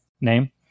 name